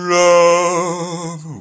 love